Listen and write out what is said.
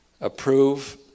approve